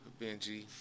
Benji